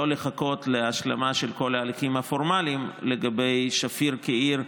לא לחכות להשלמה של כל ההליכים הפורמליים לגבי שפיר כעיר,